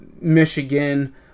Michigan